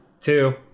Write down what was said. two